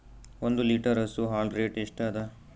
ಒಂದ್ ಲೀಟರ್ ಹಸು ಹಾಲ್ ರೇಟ್ ಎಷ್ಟ ಅದ?